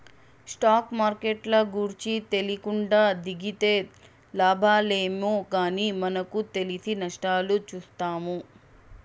stock మార్కెట్ల గూర్చి తెలీకుండా దిగితే లాబాలేమో గానీ మనకు తెలిసి నష్టాలు చూత్తాము